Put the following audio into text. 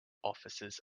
offices